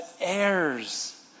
heirs